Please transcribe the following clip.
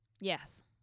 Yes